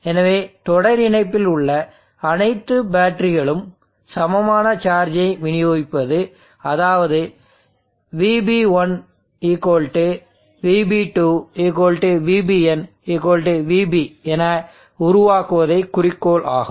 எனவே தொடர் இணைப்பில் உள்ள அனைத்து பேட்டரிகளுக்கும் சமமான சார்ஜை விநியோகிப்பது அதாவது VB1 VB2 VBn VB என உருவாக்குவதே குறிக்கோளாகும்